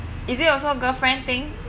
is it also girlfriend thing